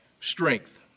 strength